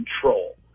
control